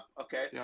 okay